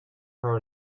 her